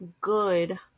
good